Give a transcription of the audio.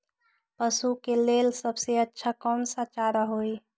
पशु के लेल सबसे अच्छा कौन सा चारा होई?